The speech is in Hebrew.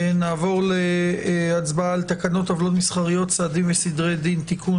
נעבור להצבעה על תקנות עוולות מסחריות (סעדים וסדרי דין) (תיקון),